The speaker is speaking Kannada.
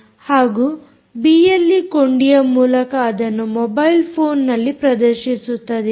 ಹಾಗೂ ಬಿಎಲ್ಈ ಕೊಂಡಿಯ ಮೂಲಕ ಅದನ್ನು ಮೊಬೈಲ್ ಫೋನ್ನಲ್ಲಿ ಪ್ರದರ್ಶಿಸುತ್ತದೆ